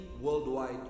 worldwide